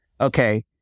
Okay